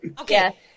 Okay